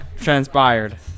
transpired